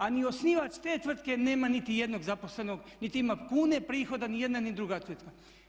A ni osnivač te tvrtke nema niti jednog zaposlenog niti ima kune prihoda ni jedna ni druga tvrtka.